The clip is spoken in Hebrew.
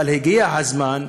אבל הגיע הזמן.